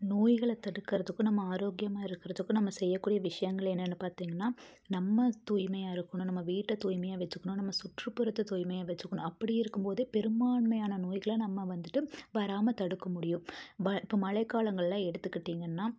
நோய்களை தடுக்கிறதுக்கும் நம்ம ஆரோக்கியமாக இருக்கிறதுக்கும் நம்ம செய்யக்கூடிய விஷயங்கள் என்னன்னு பார்த்திங்கனா நம்ம தூய்மையாக இருக்கணும் நம்ம வீட்டை தூய்மையாக வச்சிக்கணும் நம்ம சுற்றுப்புறத்தை தூய்மையாக வச்சிக்கணும் அப்படி இருக்கும் போது பெரும்பான்மையான நோய்கள் நம்ம வந்துட்டு வராமல் தடுக்க முடியும் வ இப்போ மழைக்காலங்கள்ல எடுத்துக்கிட்டிங்கன்னா